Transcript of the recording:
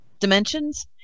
Dimensions